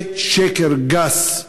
זה שקר גס.